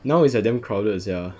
now is like damn crowded sia